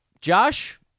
Josh